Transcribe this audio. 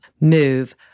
move